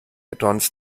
addons